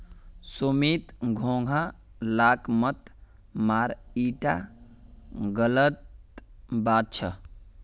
सुमित घोंघा लाक मत मार ईटा गलत बात छ